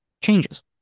changes